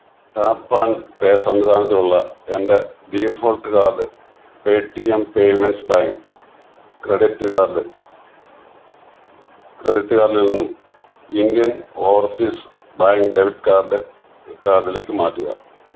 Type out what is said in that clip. tap and pay സംവിധാനത്തിലുള്ള എൻ്റെ default card Paytm payments bank credit card credit കാർഡിൽ നിന്നും Indian Overseas Bank debit card കാര്ഡിലേക്ക് മാറ്റുക